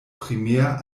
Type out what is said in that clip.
primär